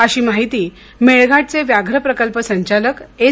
अशी माहिती मेळघाटचे व्याघ्र प्रकल्प संचालक एस